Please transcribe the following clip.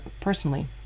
personally